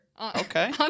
okay